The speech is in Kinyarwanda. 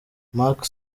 macky